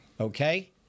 Okay